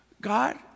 God